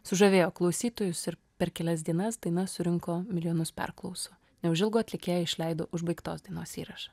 sužavėjo klausytojus ir per kelias dienas daina surinko milijonus perklausų neužilgo atlikėja išleido užbaigtos dainos įrašą